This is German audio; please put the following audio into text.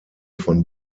von